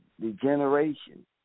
degeneration